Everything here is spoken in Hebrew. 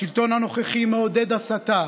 השלטון הנוכחי מעודד הסתה,